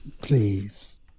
Please